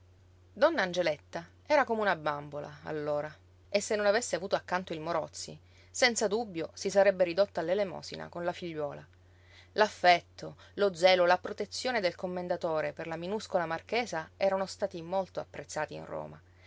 donna angeletta era come una bambola allora e se non avesse avuto accanto il morozzi senza dubbio si sarebbe ridotta all'elemosina con la figliuola l'affetto lo zelo la protezione del commendatore per la minuscola marchesa erano stati molto apprezzati in roma